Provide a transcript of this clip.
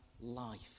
life